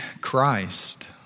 Christ